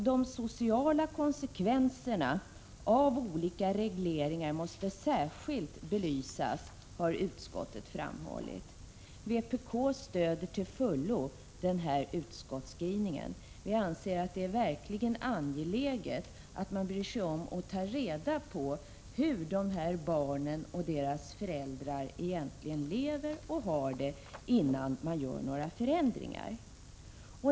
De sociala konsekvenserna av olika regleringar måste särskilt belysas, har utskottet framhållit. Vpk stöder till fullo denna utskottsskrivning. Vi anser att det verkligen är angeläget att man bryr sig om att ta reda på hur dessa barn och deras föräldrar egentligen lever och har det, innan man gör några förändringar.